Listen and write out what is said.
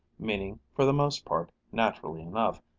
meaning, for the most part, naturally enough,